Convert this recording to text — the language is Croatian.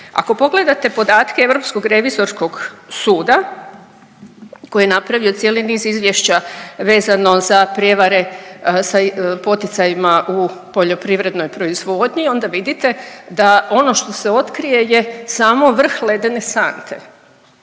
Ako pogledate podatke Europskog revizorskog suda koji je napravio cijeli niz izvješća vezano za prijevare sa poticajima u poljoprivrednoj proizvodnji onda vidite da ono što se otkrije je samo vrh ledene sante,